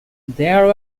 there